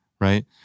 right